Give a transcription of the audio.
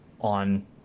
on